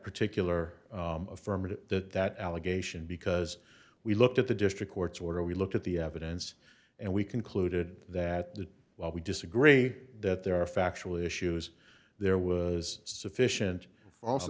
particular affirmative that that allegation because we looked at the district court's order we looked at the evidence and we concluded that the well we disagree that there are factual issues there was sufficient also